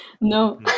no